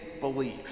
believe